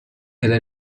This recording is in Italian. era